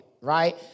right